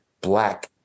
Black